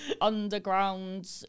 underground